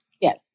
Yes